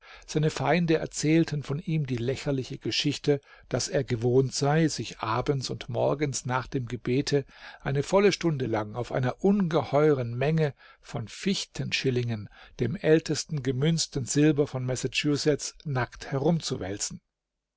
seine feinde erzählten von ihm die lächerliche geschichte daß er gewohnt sei sich abends und morgens nach dem gebete eine volle stunde lang auf einer ungeheuren menge von fichten schillingen dem ältesten gemünzten silber von massachusetts nackt herumzuwälzen